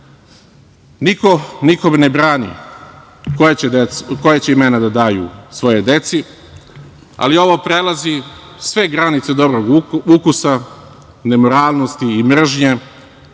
nikome ne brani koja će imena da daju svojoj deci, ali ovo prelazi sve granice dobrog ukusa, nemoralnosti i mržnje